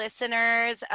listeners